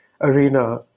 arena